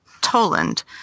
Toland